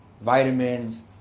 Vitamins